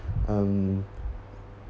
um